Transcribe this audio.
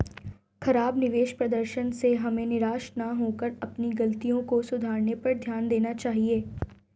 खराब निवेश प्रदर्शन से हमें निराश न होकर अपनी गलतियों को सुधारने पर ध्यान देना चाहिए